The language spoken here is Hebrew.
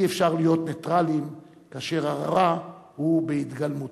אי-אפשר להיות נייטרלים כאשר הרע הוא בהתגלמותו.